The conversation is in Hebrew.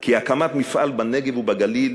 כי הקמת מפעל בנגב ובגליל